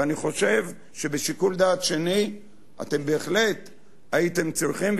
ואני חושב שבשיקול דעת שני אתם בהחלט הייתם צריכים,